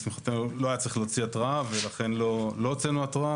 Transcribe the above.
לשמחתנו לא היה צריך להוציא התרעה ולכן לא הוצאנו התרעה.